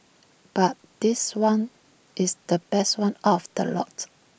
but this one is the best one out of the lot